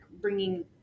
bringing